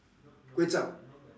kway-zhap